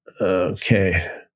Okay